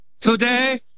today